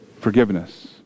forgiveness